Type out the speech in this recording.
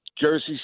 Jersey